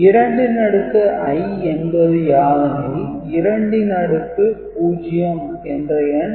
2 ன் அடுக்கு i என்பது யாதெனில் 2 ன் அடுக்கு 0 என்ற 1